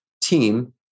team